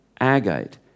agate